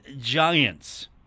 Giants